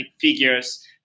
figures